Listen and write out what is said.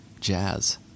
jazz